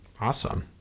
Awesome